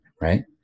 right